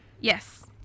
Yes